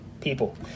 people